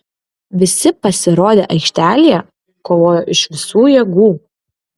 visi pasirodę aikštelėje kovojo iš visų jėgų